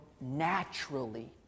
naturally